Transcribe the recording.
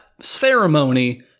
ceremony